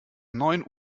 neun